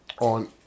on